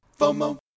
FOMO